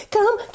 Come